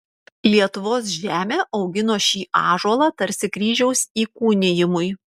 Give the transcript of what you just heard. lietuvos žemė augino šį ąžuolą tarsi kryžiaus įkūnijimui